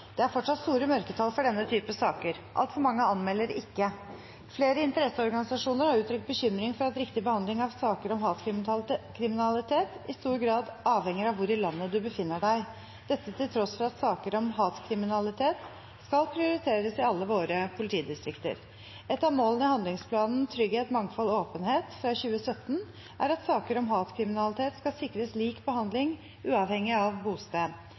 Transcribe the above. det. Den siste tiden har jeg blitt kontaktet av mange interesseorganisasjoner som har uttrykt nettopp denne bekymringen for at riktig behandling av saker om hatkriminalitet i stor grad avhenger av hvor en befinner seg i landet – dette til tross for at saker om hatkriminalitet skal prioriteres i alle politidistrikter, som jeg var inne på i mitt første innlegg, og som justisministeren også repeterte. Et av målene i den nevnte handlingsplanen, «Trygghet, mangfold, åpenhet» fra 2017, er jo nettopp at saker om hatkriminalitet skal